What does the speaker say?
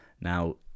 Now